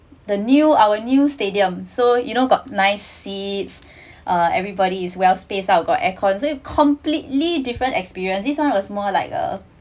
the new our new stadium so you know got nice seats uh everybody is well spaced out got air con so is completely different experience this one was more like uh